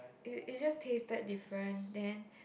it it just tasted different then